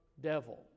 devil